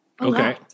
Okay